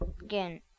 Again